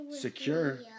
secure